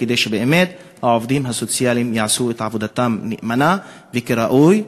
כדי שהעובדים הסוציאליים יעשו את עבודתם נאמנה וכראוי.